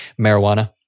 marijuana